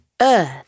earth